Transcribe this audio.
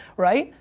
right?